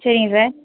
சரிங்க சார்